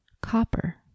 Copper